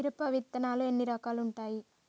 మిరప విత్తనాలు ఎన్ని రకాలు ఉంటాయి?